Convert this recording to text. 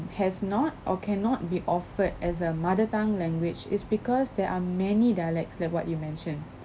has not or cannot be offered as a mother tongue language is because there are many dialects like what you mentioned